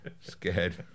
Scared